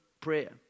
prayer